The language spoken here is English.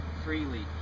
freely